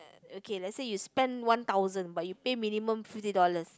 okay let's say you spend one thousand but you pay minimum fifty dollars